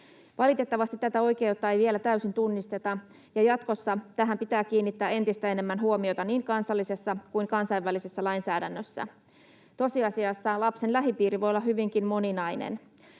Valitettavasti tätä oikeutta ei vielä täysin tunnisteta, ja jatkossa tähän pitää kiinnittää entistä enemmän huomiota niin kansallisessa kuin kansainvälisessä lainsäädännössä. Tosiasiassa lapsen lähipiiri voi olla hyvinkin moninainen.